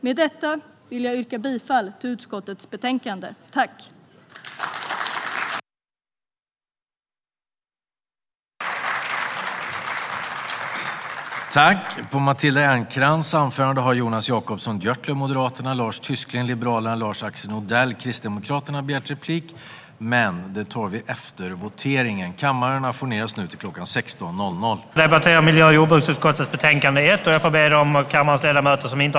Med detta vill jag yrka bifall till förslaget i utskottets betänkande.